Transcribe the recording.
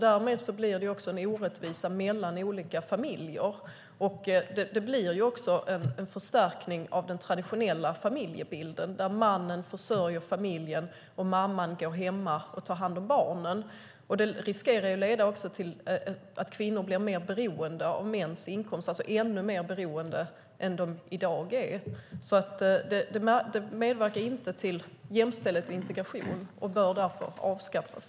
Därmed blir det också en orättvisa mellan olika familjer. Det blir också en förstärkning av den traditionella familjebilden där mannen försörjer familjen, och mamman går hemma och tar hand om barnen. Det riskerar att leda till att kvinnor blir ännu mer beroende av mäns inkomster än de i dag är. Vårdnadsbidraget medverkar inte till jämställdhet och integration och bör därför avskaffas.